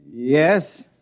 Yes